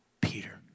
Peter